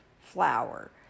flour